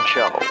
Show